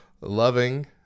loving